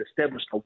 established